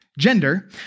gender